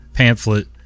pamphlet